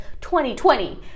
2020